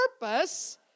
purpose